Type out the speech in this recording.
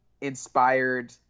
inspired